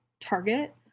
target